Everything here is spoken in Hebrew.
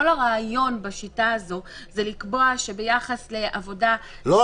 הרי כל הרעיון בשיטה הזו זה לקבוע שביחס לעבודה --- לא,